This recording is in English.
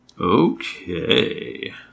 Okay